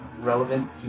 relevant